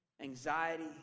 anxiety